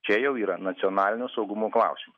čia jau yra nacionalinio saugumo klausimai